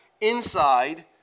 inside